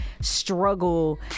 struggle